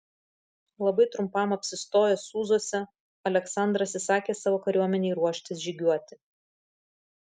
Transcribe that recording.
labai trumpam apsistojęs sūzuose aleksandras įsakė savo kariuomenei ruoštis žygiuoti